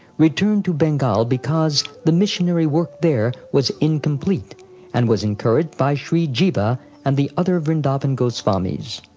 returned to bengal because the missionary work there was incomplete and was encouraged by shri jiva and the other vrindavan goswamis.